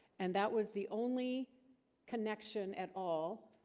and that was the only connection at all